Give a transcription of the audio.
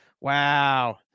Wow